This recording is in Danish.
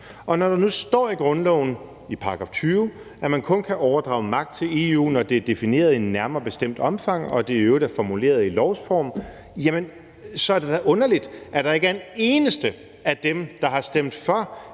Og når der nu står i grundloven, i § 20, at man kun kan overdrage magten til EU, når det er defineret i et nærmere bestemt omfang og det i øvrigt er formuleret i lovsform, er det da underligt, at der ikke er en eneste af dem, der har stemt for